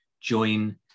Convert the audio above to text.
join